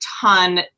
ton